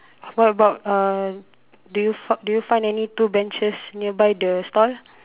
what about uh did you f~ did you find any two benches nearby the stall